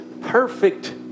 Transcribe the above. perfect